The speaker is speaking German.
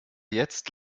jetzt